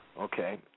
Okay